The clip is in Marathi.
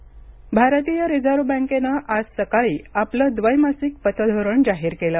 रिझर्व्ह बँक भारतीय रिझर्व्ह बँकेनं आज सकाळी आपलं द्वैमासिक पतधोरण जाहीर केलं